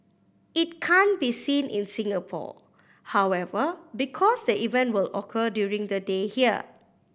it can't be seen in Singapore however because the event will occur during the day here